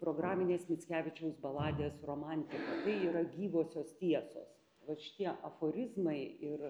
programinės mickevičiaus baladės romantika tai yra gyvosios tiesos vat šie aforizmai ir